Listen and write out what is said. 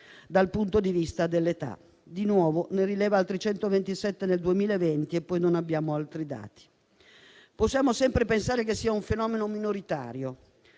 dal punto di vista dell'età; di nuovo, ne rileva altri 127 del 2020 e poi non abbiamo altri dati. Possiamo sempre pensare che sia un fenomeno minoritario.